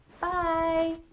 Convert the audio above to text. Bye